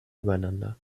übereinander